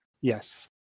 Yes